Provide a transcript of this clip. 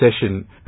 session